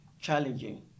challenging